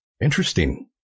Interesting